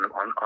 on